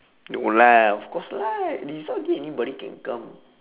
no lah of course lah result day anybody can come